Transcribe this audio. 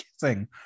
kissing